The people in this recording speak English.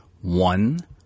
one